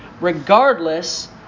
regardless